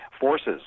forces